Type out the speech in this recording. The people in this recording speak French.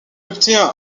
obtient